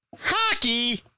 Hockey